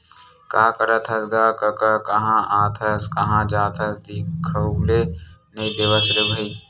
का करत हस गा कका काँहा आथस काँहा जाथस दिखउले नइ देवस रे भई?